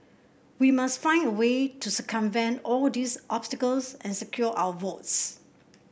we must find a way to circumvent all these obstacles and secure our votes